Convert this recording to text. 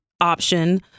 option